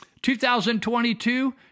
2022